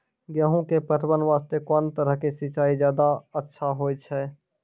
गेहूँ के पटवन वास्ते कोंन तरह के सिंचाई ज्यादा अच्छा होय छै?